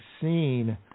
seen